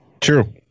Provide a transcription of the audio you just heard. True